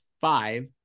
Five